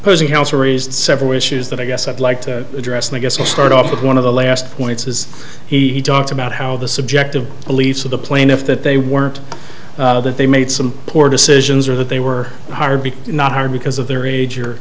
posing hausa raised several issues that i guess i'd like to address and i guess i'll start off with one of the last points is he talked about how the subjective beliefs of the plaintiff that they weren't that they made some poor decisions or that they were hard to not hire because of their age or